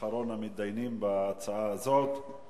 אחרון המתדיינים בהצעה הזאת.